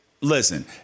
listen